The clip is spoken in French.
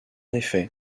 effet